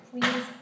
Please